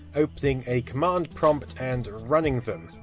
opening a command prompt, and running them.